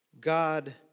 God